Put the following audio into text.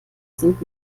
sind